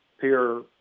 peer